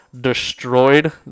destroyed